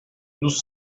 nous